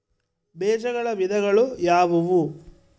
ಬೇಜಗಳ ವಿಧಗಳು ಯಾವುವು?